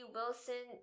Wilson